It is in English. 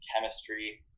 chemistry